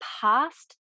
past